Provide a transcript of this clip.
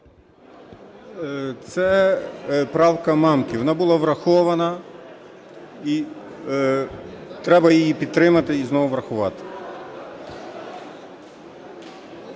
Це правка Мамки. Вона була врахована. Треба її підтримати і знову врахувати.